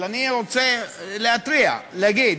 אבל אני רוצה להתריע, להגיד: